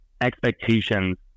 expectations